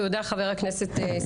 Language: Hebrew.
תודה, חה"כ סגלוביץ'.